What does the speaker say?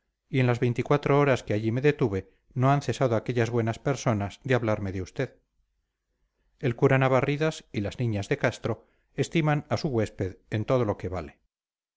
y en las veinticuatro horas que allí me detuve no han cesado aquellas buenas personas de hablarme de usted el cura navarridas y las niñas de castro estiman a su huésped en todo lo que vale